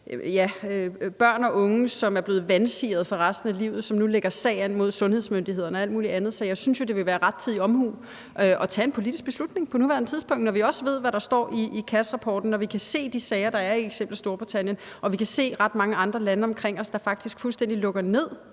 børn og unge, som er blevet vansiret for resten af livet, og som nu lægger sag an mod sundhedsmyndighederne og alt muligt andet. Så jeg synes jo, at det ville være rettidig omhu at tage en politisk beslutning på nuværende tidspunkt, når vi også ved, hvad der står i Cassrapporten, når vi kan se de sager, der er i f.eks. Storbritannien, og når vi kan se ret mange andre lande omkring os, der faktisk fuldstændig lukker ned